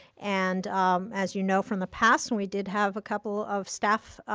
and as you know from the past when we did have a couple of staff,